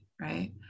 right